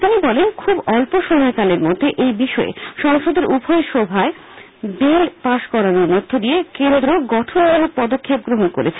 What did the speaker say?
তিনি বলেন খুব অল্প সময়কালের মধ্যে এই বিষয়ে সংসদের উভয় সভায় বিল পাশ করানোর মধ্য দিয়ে কেন্দ্র গঠনমূলক পদক্ষেপ গ্রহণ করেছে